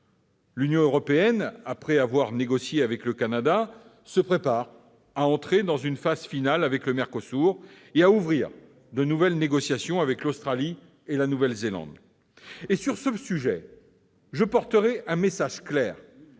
L'Union européenne, après avoir négocié avec le Canada, se prépare à entrer dans une phase finale avec le MERCOSUR et à ouvrir de nouvelles négociations avec l'Australie et la Nouvelle-Zélande. À ce sujet, je porterai un message clair